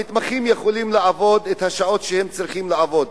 המתמחים יכולים לעבוד את השעות שהם צריכים לעבוד.